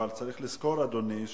אבל, אדוני,